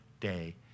day